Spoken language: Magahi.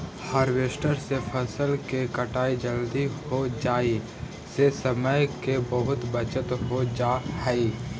हार्वेस्टर से फसल के कटाई जल्दी हो जाई से समय के बहुत बचत हो जाऽ हई